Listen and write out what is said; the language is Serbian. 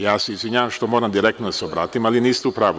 Ja se izvinjavam što moram direktno da se obratim, ali niste u pravu.